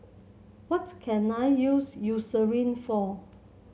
what can I use Eucerin for